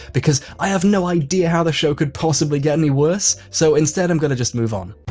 because i have no idea how the show could possibly get any worse, so instead. i'm going to just move on.